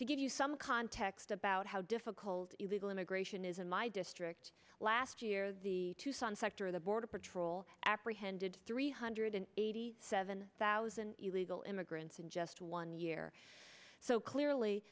to give you some context about how difficult it legal immigration is in my district last year the tucson sector the border patrol apprehended three hundred eighty seven thousand illegal immigrants in just one year so clearly